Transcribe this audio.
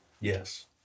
yes